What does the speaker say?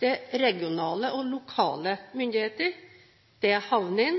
er regionale og lokale myndigheter, havner,